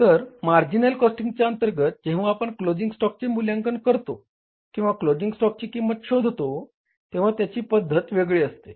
तर मार्जिनल कॉस्टिंगच्या अंतर्गत जेंव्हा आपण क्लोजिंग स्टॉकचे मुल्याकंन करतो किंवा क्लोजिंग स्टॉकची किंमत शोधतो तेंव्हा त्याची पद्धत वेगळी असते